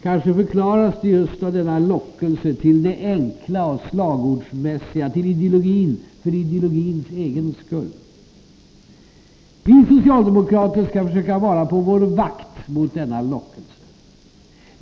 Kanske förklaras det just av denna lockelse till det enkla och slagordsmässiga, till ideologin för ideologins egen skull. Vi socialdemokrater skall försöka vara på vår vakt mot denna lockelse.